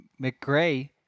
McGray